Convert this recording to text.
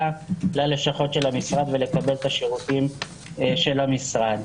ללשכות של המשרד ולקבל את השירותים של המשרד.